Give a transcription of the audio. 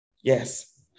Yes